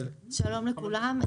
שלום לכולם.